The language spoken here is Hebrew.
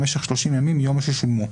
במשך שלושים ימים מיום ששולמו,